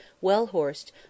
well-horsed